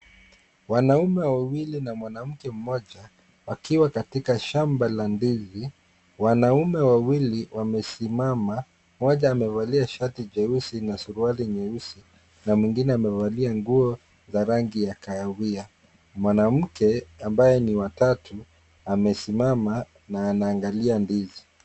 Wanaume wawili na mwanamke mmoja wakiwa katika shamba la ndizi. Wanaume wawili wamesimama mmoja amevalia shati jeusi na suruali nyeusi na mwingine amevalia nguo za rangi ya kawahia. Mwanamke ambaye ni wa tatu amesimama na anaangalia ndizi.